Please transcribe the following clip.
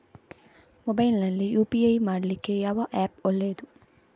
Mobile ನಲ್ಲಿ UPI ಮಾಡ್ಲಿಕ್ಕೆ ಯಾವ ಆ್ಯಪ್ ಒಳ್ಳೇದು?